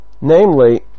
Namely